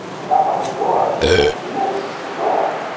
and knock on the door and he answers the door.